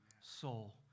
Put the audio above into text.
soul